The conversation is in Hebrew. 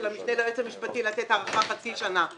המשנה ליועץ המשפטי לתת הארכה חצי שנה.